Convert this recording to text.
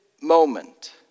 moment